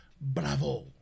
bravo